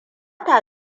ta